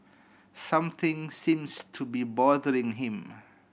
something seems to be bothering him